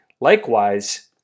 Likewise